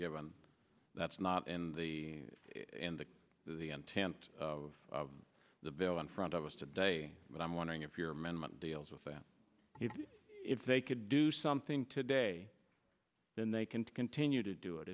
given that's not in the in the intent of the bill in front of us today but i'm wondering if your amendment deals with that if they could do something today then they can continue to do it